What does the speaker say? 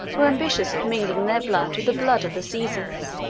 were ambitious of mingling their blood with the blood of the caesars,